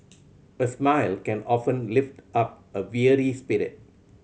a smile can often lift up a weary spirit